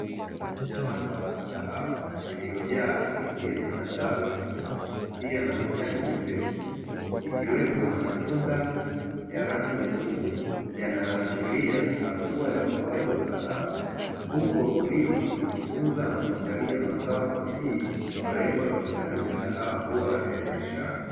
Shamba la kahawa lililo jaa miti yenye matewi, pia na majani mepesi, ikiwemo na matunda ya rangi nyekundu yanayo hashiria hatua ya ukuaji wa kahawa, huku wakulima wakitunza na kuangalia mazao kwa bidii kwa lengo la kuzalisha kahawa bora ya biashara.